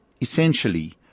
Essentially